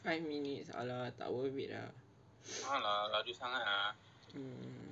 five minutes !alah! tak worth it lah mm